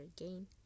again